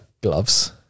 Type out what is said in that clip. Gloves